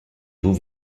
doux